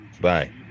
Bye